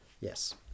Yes